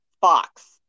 Fox